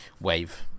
wave